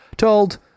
told